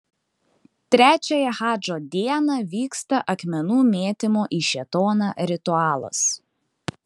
trečiąją hadžo dieną vyksta akmenų mėtymo į šėtoną ritualas